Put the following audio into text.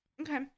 Okay